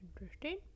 Interesting